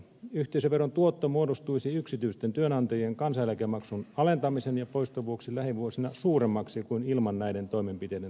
yhteisöveron tuotto muodostuisi yksityisten työnantajien kansaneläkemaksun alentamisen ja poiston vuoksi lähivuosina suuremmaksi kuin ilman näiden toimenpiteiden toteuttamista